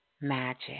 magic